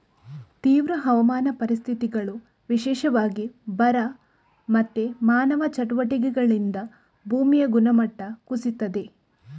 ತೀವ್ರ ಹವಾಮಾನ ಪರಿಸ್ಥಿತಿಗಳು, ವಿಶೇಷವಾಗಿ ಬರ ಮತ್ತೆ ಮಾನವ ಚಟುವಟಿಕೆಗಳಿಂದ ಭೂಮಿಯ ಗುಣಮಟ್ಟ ಕುಸೀತದೆ